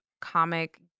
comic